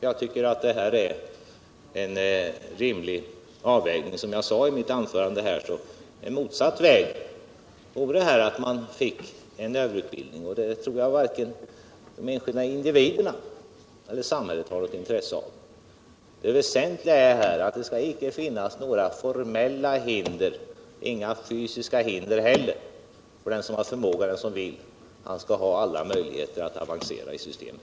Jag tycker att systemet innebär en rimlig avvägning med tanke på att en motsatt väg vore, som jag sade i mitt tidigare anförande, att man fick anordna en överutbildning, och en sådan tror jag inte att vare sig individerna eller samhället har något intresse av. Det väsentliga är här att det icke skall finnas några formella eller fysiska hinder, utan den som så vill skall ha alla möjligheter att avancera inom systemet.